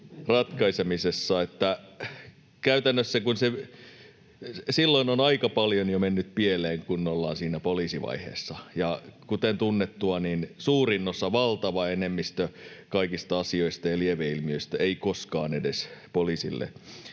silloin on aika paljon jo mennyt pieleen, kun ollaan siinä poliisivaiheessa, ja kuten tunnettua, suurin osa, valtava enemmistö, kaikista asioista ja lieveilmiöistä ei koskaan edes poliisille